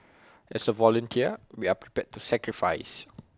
as A volunteer we are prepared to sacrifice